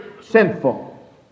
sinful